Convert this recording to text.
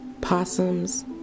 possums